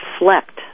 reflect